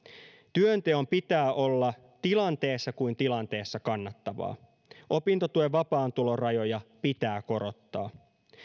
työnteon pitää olla tilanteessa kuin tilanteessa kannattavaa opintotuen vapaan tulon rajoja pitää korottaa